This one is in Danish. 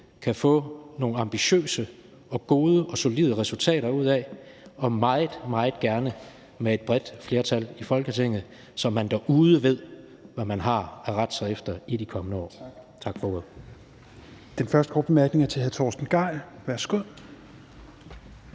kan få nogle ambitiøse og gode og solide resultater ud af og meget, meget gerne med et bredt flertal i Folketinget, så man derude ved, hvad man har at rette sig efter i de kommende år. Tak for ordet. Kl. 16:22 Fjerde næstformand (Rasmus Helveg